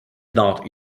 not